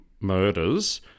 murders